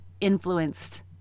influenced